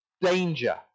danger